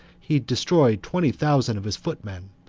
he destroyed twenty thousand of his footmen,